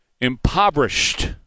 impoverished